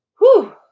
whoo